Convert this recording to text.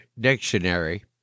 dictionary